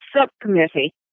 subcommittee